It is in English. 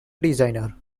designer